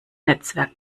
netzwerk